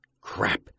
Crap